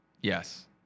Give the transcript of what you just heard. Yes